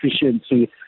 efficiency